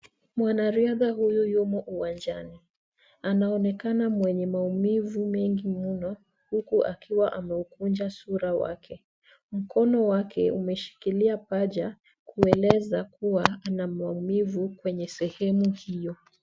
Mwanariadhi huyu yumo uwanjani. Anaonekana mwenye maumivu mengi mno huku akiwa ameukunja sura wake. Mkono wake umeshikilia paja kueleza kuwa ana maumivu kwenye sehemu hiyo.